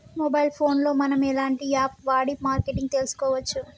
Mobile phone లో మనం ఎలాంటి యాప్ వాడి మార్కెటింగ్ తెలుసుకోవచ్చు?